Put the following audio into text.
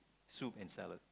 soup and salad